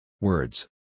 Words